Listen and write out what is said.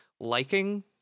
liking